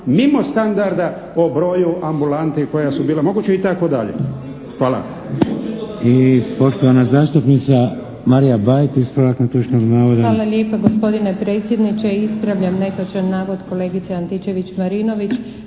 mimo standarda o broju ambulanti koja su bila. Mogu ići tako i dalje. Hvala.